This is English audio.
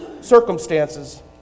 circumstances